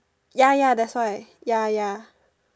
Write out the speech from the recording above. ya ya that's why ya ya